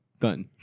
Done